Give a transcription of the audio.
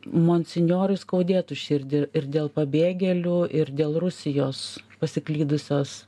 monsinjorui skaudėtų širdį ir dėl pabėgėlių ir dėl rusijos pasiklydusios